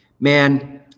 Man